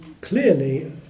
clearly